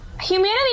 Humanity